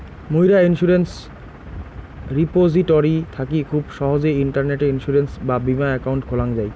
মুইরা insurance repository থাকি খুব সহজেই ইন্টারনেটে ইন্সুরেন্স বা বীমা একাউন্ট খোলাং যাই